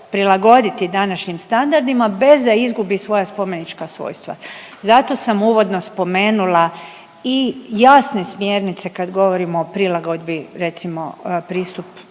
prilagoditi današnjim standardima, bez da izgubi svoja spomenička svojstva. Zato sam uvodno spomenula i jasne smjernice kad govorimo o prilagodbi, recimo, pristup